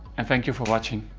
and thank you for watching!